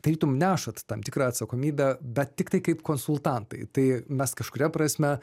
tarytum nešat tam tikrą atsakomybę bet tiktai kaip konsultantai tai mes kažkuria prasme